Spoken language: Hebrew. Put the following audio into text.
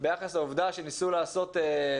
ביחס לעובדה שניסו לעשות,